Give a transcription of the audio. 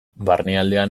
barnealdean